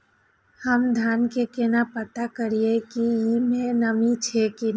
हम धान के केना पता करिए की ई में नमी छे की ने?